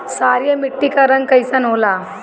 क्षारीय मीट्टी क रंग कइसन होला?